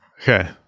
Okay